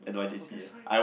no that's why